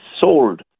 sold